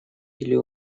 или